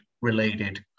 related